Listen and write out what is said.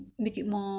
mm